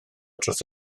dros